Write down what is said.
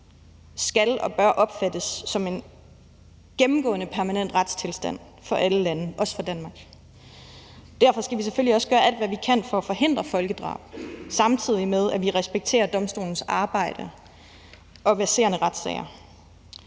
skal og bør opfattes som en gennemgående permanent retstilstand for alle lande, også for Danmark. Derfor skal vi selvfølgelig også gøre alt, hvad vi kan, for at forhindre folkedrab, samtidig med at vi respekterer domstolenes arbejde og verserende retssager.